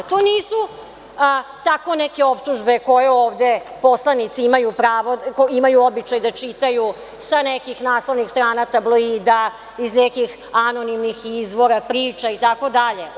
To nisu tako neke optužbe koje ovde poslanici imaju pravo, imaju običaj da čitaju sa nekih naslovnih strana tabloida, iz nekih anonimnih izvora, priča i tako dalje.